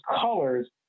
colors